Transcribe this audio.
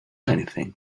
anything